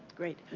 great.